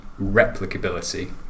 replicability